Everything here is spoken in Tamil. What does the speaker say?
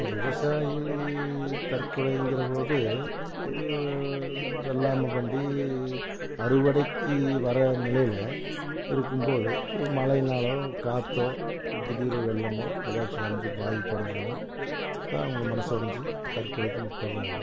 இப்போ விவசாயி தற்கொலையிங்கிற போது வெள்ளாமை பண்டி அறுவடைக்கு வர நிலையில் இருக்கும் போது ஒரு மழையினாலோ காத்தோ ஒரு திடீர் ஒரு வெள்ளமோ எதாச்சும் வந்து பாதிப்பு அடஞ்சதுன்னா அதான் அவங்க மனசு ஒடஞ்சு தற்கொலையிக்கு முற்ப்பட்றாங்க